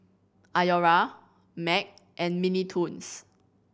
Iora Mac and Mini Toons